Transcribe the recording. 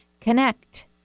connect